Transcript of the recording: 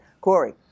Corey